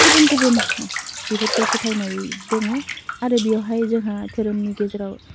गुबुन गुबुन बेफोरखौ फोथायनाय दङ आरो बेयावहाय जोंहा धोरोमनि गेजेराव